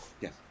Yes